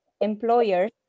employers